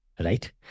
Right